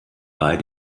bei